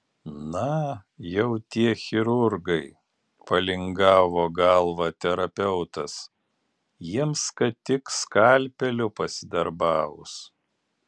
na jau tie chirurgai palingavo galvą terapeutas jiems kad tik skalpeliu pasidarbavus